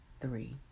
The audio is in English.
three